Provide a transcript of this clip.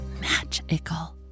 magical